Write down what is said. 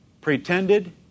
Pretended